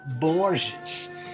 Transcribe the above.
Borges